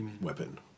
weapon